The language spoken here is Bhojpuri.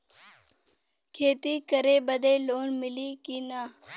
खेती करे बदे लोन मिली कि ना?